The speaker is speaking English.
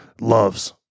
loves